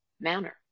manner